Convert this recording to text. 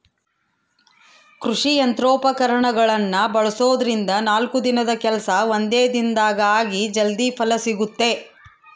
ಕೃಷಿ ಯಂತ್ರೋಪಕರಣಗಳನ್ನ ಬಳಸೋದ್ರಿಂದ ನಾಲ್ಕು ದಿನದ ಕೆಲ್ಸ ಒಂದೇ ದಿನದಾಗ ಆಗಿ ಜಲ್ದಿ ಫಲ ಸಿಗುತ್ತೆ